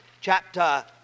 chapter